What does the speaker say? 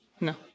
No